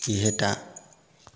इहेटा